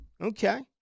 Okay